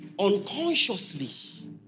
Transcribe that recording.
unconsciously